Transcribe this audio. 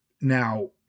Now